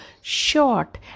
short